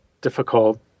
difficult